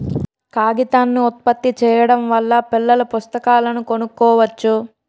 కాగితాన్ని ఉత్పత్తి చేయడం వల్ల పిల్లల పుస్తకాలను కొనుక్కోవచ్చు